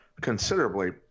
considerably